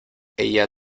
ella